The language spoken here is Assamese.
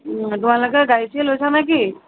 ওম তোমালোকে গাড়ী চাৰী লৈছানে কি